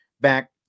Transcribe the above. back